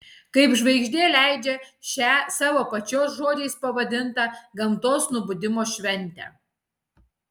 kaip žvaigždė leidžią šią savo pačios žodžiais pavadintą gamtos nubudimo šventę